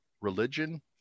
religion